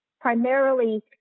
primarily